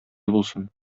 булсын